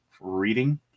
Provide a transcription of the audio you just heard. reading